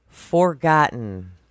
forgotten